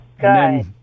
good